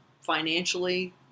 financially